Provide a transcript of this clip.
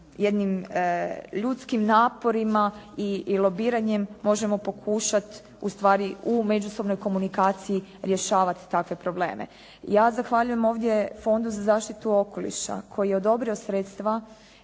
jednim ljudskim naporima i lobiranjem možemo pokušati ustvari u međusobnoj komunikaciji rješavati takve probleme. Ja zahvaljujem ovdje fondu za zaštitu okoliša koji je odobrio sredstva